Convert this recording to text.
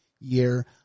year